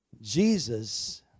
Jesus